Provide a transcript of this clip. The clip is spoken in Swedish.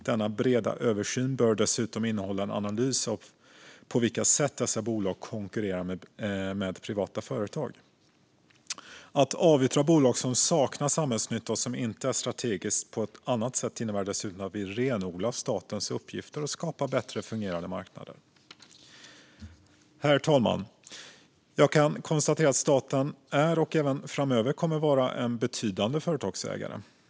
Denna breda översyn bör dessutom innehålla en analys av på vilket sätt dessa bolag konkurrerar med privata företag. Att avyttra bolag som saknar samhällsnytta och som inte är strategiska på annat sätt innebär dessutom att vi renodlar statens uppgifter och skapar bättre fungerande marknader. Herr talman! Jag kan dock konstatera att staten är och även framöver kommer att vara en betydande företagsägare.